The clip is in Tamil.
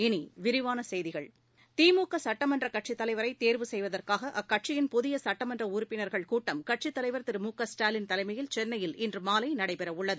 இனி விரிவான செய்திகள் திமுக சட்டமன்ற சட்சித் தலைவரை தேர்வு செய்வதற்காக அக்கட்சியின் புதிய சட்டமன்ற உறுப்பினா்கள் கூட்டம் கட்சித் தலைவா் திரு மு க ஸ்டாலின் தலைமையில் சென்னையில் இன்றுமாலை நடைபெற உள்ளது